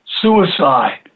suicide